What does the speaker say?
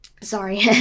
Sorry